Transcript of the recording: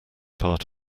part